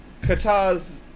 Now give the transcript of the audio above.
Qatar's